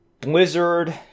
Blizzard